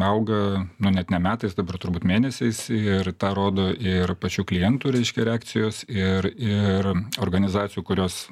auga nu net ne metais dabar turbūt mėnesiais ir tą rodo ir pačių klientų reiškia reakcijos ir ir organizacijų kurios